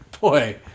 Boy